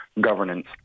governance